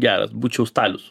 gera būčiau stalius